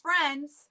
friends